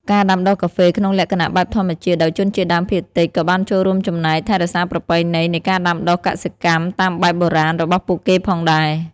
ការដាំដុះកាហ្វេក្នុងលក្ខណៈបែបធម្មជាតិដោយជនជាតិដើមភាគតិច ក៏បានចូលរួមចំណែក ថែរក្សាប្រពៃណី នៃការដាំដុះកសិកម្មតាមបែបបុរាណរបស់ពួកគេផងដែរ។